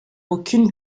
aucune